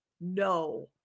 no